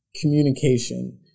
communication